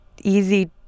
easy